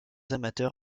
amateurs